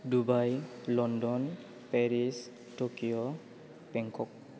Dubai London Paris Tokyo Bangkok